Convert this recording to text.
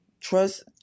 Trust